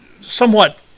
somewhat